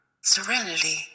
Serenity